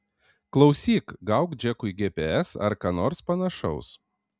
klausyk gauk džekui gps ar ką nors panašaus